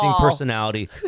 personality